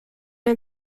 ein